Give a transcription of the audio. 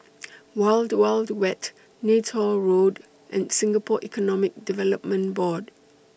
Wild Wild Wet Neythal Road and Singapore Economic Development Board